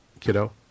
kiddo